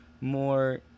more